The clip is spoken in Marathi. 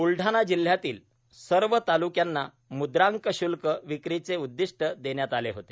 ब्लढाणा जिल्ह्यातील सर्व ताल्क्यांना मुद्रांक श्ल्क विक्रीचे उद्दिष्ट देण्यात आले होते